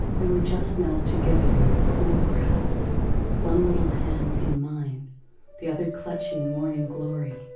we were just now together in the cool grass one little hand in mine the other clutching morning glory.